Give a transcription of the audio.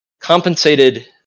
compensated